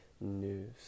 news